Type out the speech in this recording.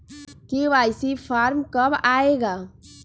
KYC form कब आए गा?